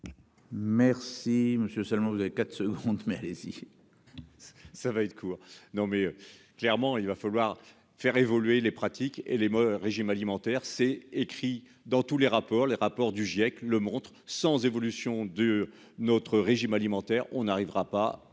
Merci monsieur seulement vous avez 4 secondes. Mais allez. Ça va être court. Non, mais clairement il va falloir faire évoluer les pratiques et les mauvais, régimes alimentaires, c'est écrit dans tous les rapports, les rapports du GIEC le montre sans évolution de notre régime alimentaire on n'arrivera pas